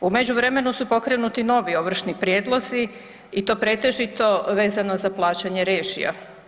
U međuvremenu su pokrenuti novi ovršni prijedlozi i to pretežito vezano za plaćanje režija.